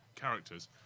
characters